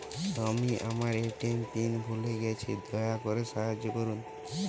আমি আমার ATM pin ভুলে গেছি, দয়া করে সাহায্য করুন